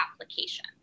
application